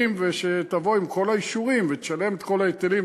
וכשתבוא עם כל האישורים ותשלם את כל ההיטלים,